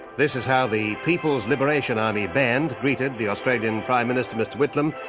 this is how the people's liberation army band greeted the australian prime minister, mr whitlam,